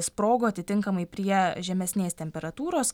sprogo atitinkamai prie žemesnės temperatūros